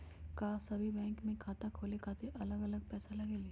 का सभी बैंक में खाता खोले खातीर अलग अलग पैसा लगेलि?